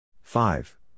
five